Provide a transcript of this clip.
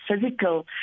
physical